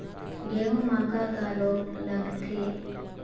गेहूं म का का रोग लगथे?